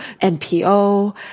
NPO